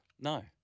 No